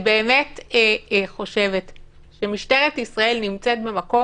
אני באמת חושבת שמשטרת ישראל נמצאת במקום